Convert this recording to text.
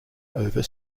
over